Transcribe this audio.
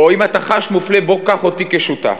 או אם אתה חש מופלה בוא קח אותי כשותף.